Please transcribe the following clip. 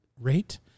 rate